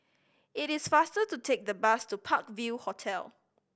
it is faster to take the bus to Park View Hotel